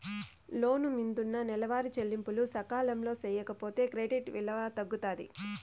లోను మిందున్న నెలవారీ చెల్లింపులు సకాలంలో సేయకపోతే క్రెడిట్ విలువ తగ్గుతాది